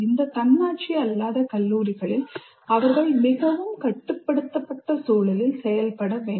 இந்த தன்னாட்சி அல்லாத கல்லூரிகளில் அவர்கள் மிகவும் கட்டுப்படுத்தப்பட்ட சூழலில் செயல்பட வேண்டும்